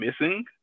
missing